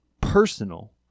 personal